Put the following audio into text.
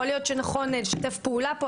יכול להיות שנכון לשתף פה פעולה,